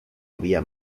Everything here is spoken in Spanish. había